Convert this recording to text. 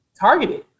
targeted